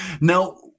Now